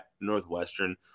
Northwestern